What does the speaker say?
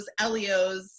Elios